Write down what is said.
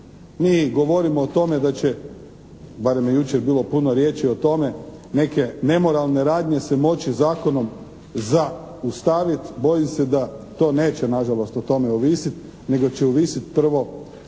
Mi govorimo o tome da će, barem je jučer bilo puno riječi o tome, neke nemoralne radnje se moći zakonom zaustaviti. Bojim se da to neće nažalost o tome ovisiti nego će ovisiti prvo